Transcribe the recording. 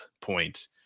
point